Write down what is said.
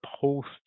post